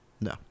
No